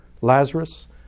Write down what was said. Lazarus